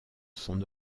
son